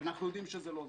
אבל אנחנו יודעים שזה לא זה.